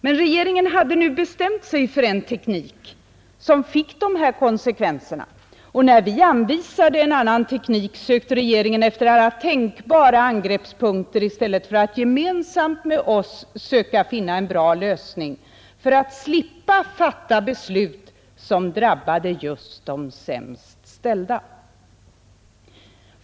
Men regeringen hade nu bestämt sig för en teknik som fick de här konsekvenserna, och när vi anvisade en annan teknik sökte regeringen efter alla tänkbara angreppspunkter i stället för att gemensamt med oss söka finna en bra lösning för att slippa fatta beslut som drabbade just de sämst ställda.